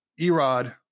Erod